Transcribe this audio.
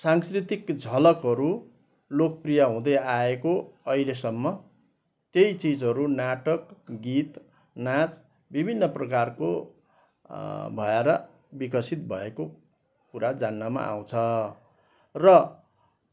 सांस्कृतिक झलकहरू लोकप्रिय हुँदै आएको अहिलेसम्म त्यही चिजहरू नाटक गीत नाँच विभिन्न प्रकारको भएर विकसित भएको कुरा जान्नमा आउँछ र